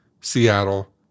Seattle